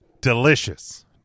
Delicious